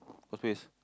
what face